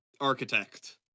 architect